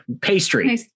pastry